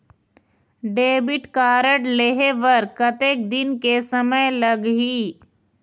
Debit card लेहे बर कतेक दिन के समय लगही?